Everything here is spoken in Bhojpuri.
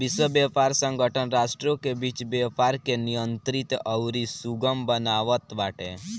विश्व व्यापार संगठन राष्ट्रों के बीच व्यापार के नियंत्रित अउरी सुगम बनावत बाटे